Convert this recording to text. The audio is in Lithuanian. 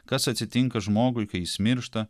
kas atsitinka žmogui kai jis miršta